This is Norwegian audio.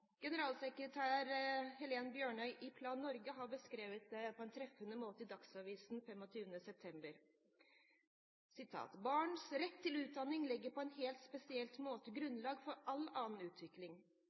Generalsekretær Helen Bjørnøy i Plan Norge har beskrevet det på en treffende måte i Dagsavisen 25. september: «Barns rett til utdanning legger på en helt spesiell måte